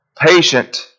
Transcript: patient